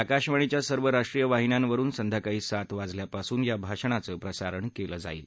आकाशवाणीच्या सर्व राष्ट्रीय वाहिन्यांवरुन संध्याकाळी सात वाजल्यापासून या भाषणाचं प्रसारण केलं जाईल